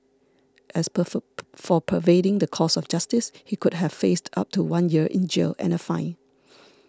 as perform for perverting the course of justice he could have faced up to one year in jail and a fine